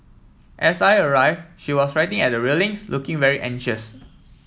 as I arrive she was writing at the railings looking very anxious